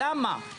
על כל פנים,